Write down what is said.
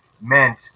meant